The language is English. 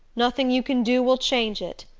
nothing you can do will change it.